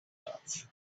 dots